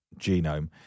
genome